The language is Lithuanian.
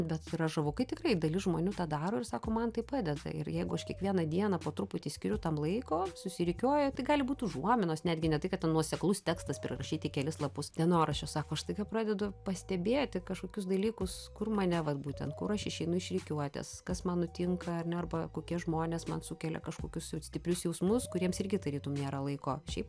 bet yra žavu kai tikrai dalis žmonių tą daro ir sako man tai padeda ir jeigu aš kiekvieną dieną po truputį skiriu tam laiko susirikiuoja tai gali būt užuominos netgi ne tai kad nuoseklus tekstas prirašyti kelis lapus dienoraščio sako aš staiga pradedu pastebėti kažkokius dalykus kur mane vat būtent kur aš išeinu iš rikiuotės kas man nutinka ar ne arba kokie žmonės man sukelia kažkokius stiprius jausmus kuriems irgi tarytum nėra laiko šiaip